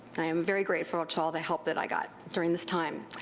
i am very grateful all the help that i got during this time.